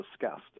discussed